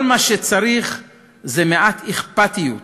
כל מה שצריך זה מעט אכפתיות,